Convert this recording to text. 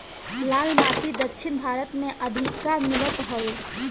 लाल माटी दक्षिण भारत में अधिका मिलत हवे